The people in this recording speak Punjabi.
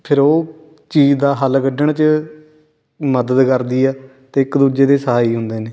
ਫਿਰ ਉਹ ਚੀਜ਼ ਦਾ ਹੱਲ ਕੱਢਣ 'ਚ ਮਦਦ ਕਰਦੀ ਆ ਅਤੇ ਇੱਕ ਦੂਜੇ ਦੇ ਸਹਾਈ ਹੁੰਦੇ ਨੇ